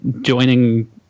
joining